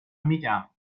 میگم